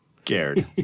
scared